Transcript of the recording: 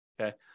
okay